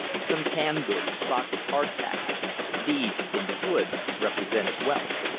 some canned goods, a box of hard-tack these, in the woods, represented wealth.